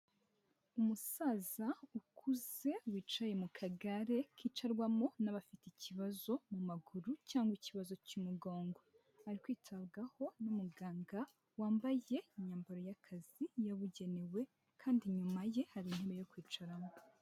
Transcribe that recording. Umusaza ukuze wicaye mu kagare kicarwamo n'abafite ikibazo mu maguru cyangwa ikibazo cy'umugongo. Ari kwitabwaho n'umuganga wambaye imyambaro y'akazi yabugenewe, kandi inyuma ye hari intebe yo kwicaramo.